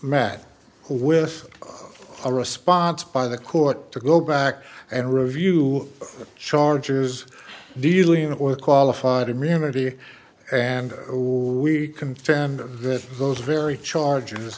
met with a response by the court to go back and review the charges dealing with qualified immunity and we confirmed that those very charges